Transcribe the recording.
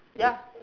ya